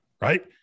right